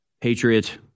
patriot